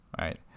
right